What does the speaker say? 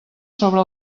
sobre